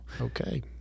Okay